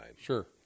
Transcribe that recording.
Sure